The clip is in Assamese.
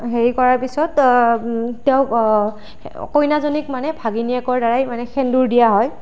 হেৰি কৰাৰ পিছত তেওঁক কইনাজনীক মানে ভাগিনীয়েকৰ দ্বাৰাই মানে সেন্দুৰ দিয়া হয়